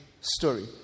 story